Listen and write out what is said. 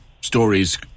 stories